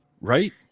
right